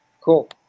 Cool